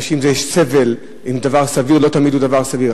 יש סבל, ודבר סביר, לא תמיד הדבר סביר.